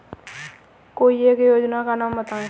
कोई एक योजना का नाम बताएँ?